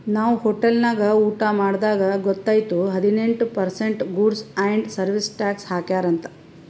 ನಾವ್ ಹೋಟೆಲ್ ನಾಗ್ ಊಟಾ ಮಾಡ್ದಾಗ್ ಗೊತೈಯ್ತು ಹದಿನೆಂಟ್ percent goods and service tax ಹಾಕ್ಯಾರ್ ಅಂತ್